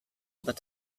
but